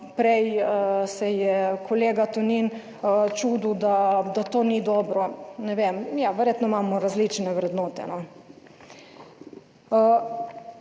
Prej se je kolega Tonin čudil, da to ni dobro. Ne vem, ja, verjetno imamo različne vrednote.